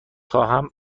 خواهم